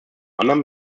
anderen